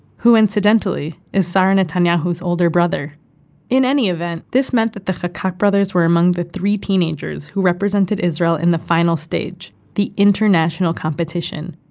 who, incidentally, is sarah netanyahu's older brother in any event, this meant that the chakak brothers were among the three teenagers who represented israel in the final stage, the international competition,